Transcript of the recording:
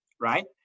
right